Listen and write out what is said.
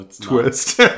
twist